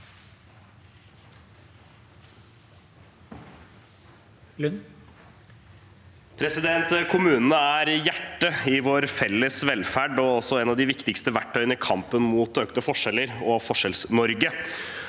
Kommunene er hjertet i vår felles velferd og også et av de viktigste verktøyene i kampen mot økte forskjeller og ForskjellsNorge.